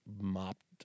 mopped